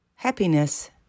Happiness